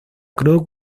cruz